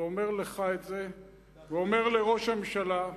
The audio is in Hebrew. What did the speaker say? ואומר לך את זה ואומר לראש הממשלה,